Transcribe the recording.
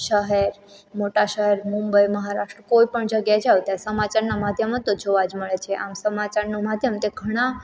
શહેર મોટા શહેર મુંબઈ મહરાષ્ટ્ર કોઈપણ જગ્યાએ જાઓ ત્યાં સમાચારના માધ્યમો તો જોવા જ મળે છે આમ સમાચારનું માધ્યમ તે ઘણા